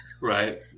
Right